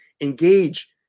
engage